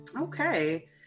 Okay